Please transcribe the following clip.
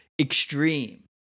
extreme